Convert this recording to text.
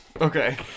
Okay